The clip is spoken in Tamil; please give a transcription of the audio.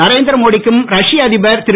நரேந்திரமோடி க்கும் ரஷ்ய அதிபர் திரு